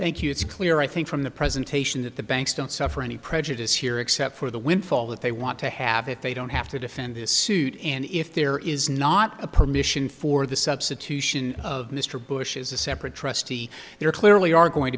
thank you it's clear i think from the presentation that the banks don't suffer any prejudice here except for the windfall that they want to have if they don't have to defend this suit and if there is not a permission for the substitution of mr bush's a separate trustee there clearly are going